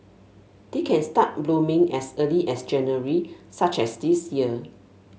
they can start blooming as early as January such as this year